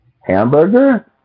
Hamburger